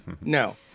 No